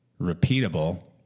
repeatable